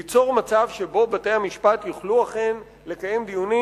ליצור מצב שבו בתי-המשפט יוכלו אכן לקיים דיונים